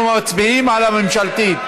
אנחנו מצביעים על הממשלתית.